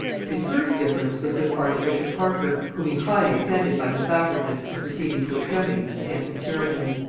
his first difference was with archbishop parker, whom he highly offended by his backwardness in proceeding to extremities against the puritans,